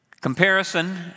comparison